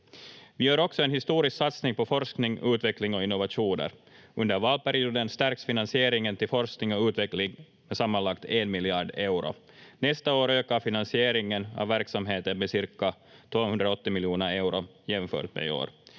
Vi gör också en historisk satsning på forskning, utveckling och innovationer. Under valperioden stärks finansieringen till forskning och utveckling med sammanlagt en miljard euro. Nästa år ökar finansieringen av verksamheten med cirka 280 miljoner euro jämfört med i år.